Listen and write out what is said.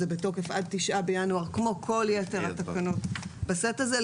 זה יישאר בתוקף עד ליום ה-9 בינואר 2022 כמו כל יתר התקנות בסט הזה,